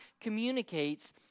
communicates